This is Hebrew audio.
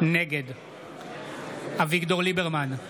נגד אביגדור ליברמן,